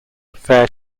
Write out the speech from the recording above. fair